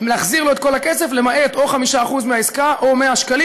להחזיר לו את כל הכסף למעט או 5% מהעסקה או 100 שקלים,